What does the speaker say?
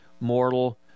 mortal